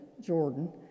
Jordan